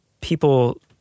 people